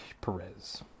Perez